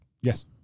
Yes